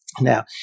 Now